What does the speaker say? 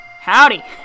Howdy